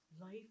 Life